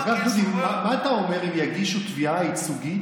אגב, דודי, מה אתה אומר אם יגישו תביעה ייצוגית